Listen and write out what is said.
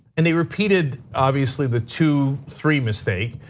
and he repeated obviously the two three mistake.